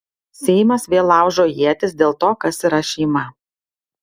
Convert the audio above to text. seimas vėl laužo ietis dėl to kas yra šeima